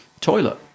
toilet